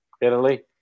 Italy